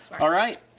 alright.